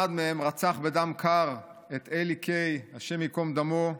אחד מהם רצח בדם קר את אלי קיי, השם ייקום דמו,